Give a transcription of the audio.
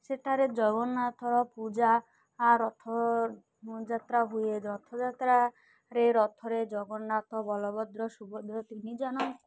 ସେଠାରେ ଜଗନ୍ନାଥର ପୂଜା ରଥଯାତ୍ରା ହୁଏ ରଥଯାତ୍ରାରେ ରଥରେ ଜଗନ୍ନାଥ ବଳଭଦ୍ର ସୁଭଦ୍ରା ତିନି ଜଣ